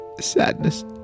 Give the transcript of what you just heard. Sadness